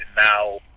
now